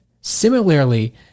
Similarly